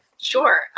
Sure